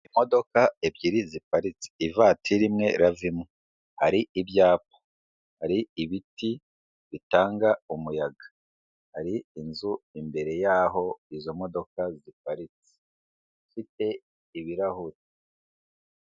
Imodoka ebyiri ziparitse, ivatiri imwe, rava imwe, hari ibyapa, hari ibiti bitanga umuyaga, hari inzu imbere y'aho izo modoka ziparitse ifite ibirahuri.